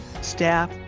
staff